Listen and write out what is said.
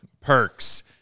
perks